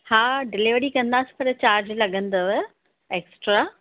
हा डिलीवरी कंदासीं पर चार्ज लॻंदव एक्स्ट्रा